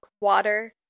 water